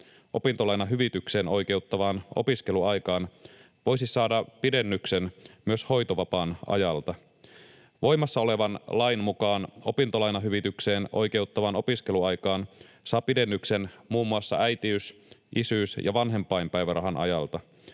opintolainahyvitykseen oikeuttavaan opiskeluaikaan voisi saada pidennyksen myös hoitovapaan ajalta. Voimassa olevan lain mukaan opintolainahyvitykseen oikeuttavaan opiskeluaikaan saa pidennyksen muun muassa äitiys-, isyys- ja vanhempainpäivärahan ajalta.